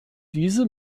diese